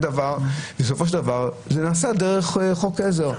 בסופו של דבר זה נעשה דרך חוק עזר.